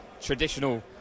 traditional